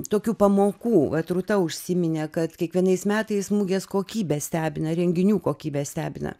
tokių pamokų vat rūta užsiminė kad kiekvienais metais mugės kokybė stebina renginių kokybė stebina